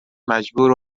مجبور